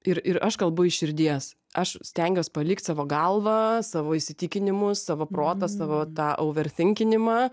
ir ir aš kalbu iš širdies aš stengiuos palikt savo galvą savo įsitikinimus savo protą savo tą overfinkinimą